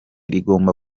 rigomba